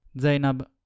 Zainab